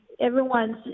everyone's